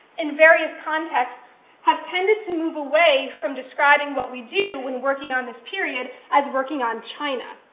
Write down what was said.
in various contexts have tended to move away from describing what we do when working on this period as working on china.